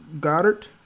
Goddard